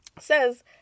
says